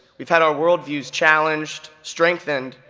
we've had our world views challenged, strengthened,